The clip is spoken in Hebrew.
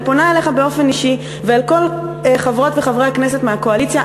אני פונה אליך באופן אישי ואל כל חברות וחברי הכנסת מהקואליציה,